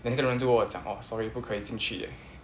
then 那个人就跟我讲哦 sorry 不可以进去